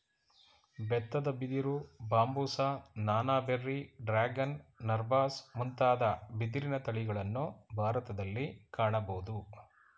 ಬೆತ್ತದ ಬಿದಿರು, ಬಾಂಬುಸ, ನಾನಾ, ಬೆರ್ರಿ, ಡ್ರ್ಯಾಗನ್, ನರ್ಬಾಸ್ ಮುಂತಾದ ಬಿದಿರಿನ ತಳಿಗಳನ್ನು ಭಾರತದಲ್ಲಿ ಕಾಣಬೋದು